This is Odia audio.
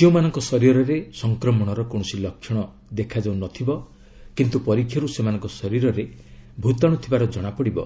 ଯେଉଁମାନଙ୍କ ଶରୀରରେ ସଫକ୍ରମଣର କୌଣସି ଲକ୍ଷଣ ଦେଖାଯାଉ ନ ଥିବ କିନ୍ତୁ ପରୀକ୍ଷାରୁ ସେମାନଙ୍କ ଶରୀରରେ ଭୂତାଣୁ ଥିବାର ଜଣାପଡ଼ିବ